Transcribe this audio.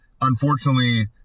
unfortunately